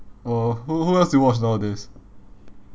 oh who who else you watch nowadays